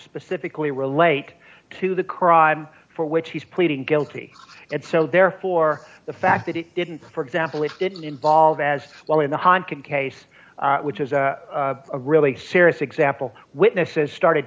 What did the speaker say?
specifically relate to the crime for which he's pleading guilty and so therefore the fact that it didn't for example which didn't involve as well in the honk and case which is a really serious example witnesses started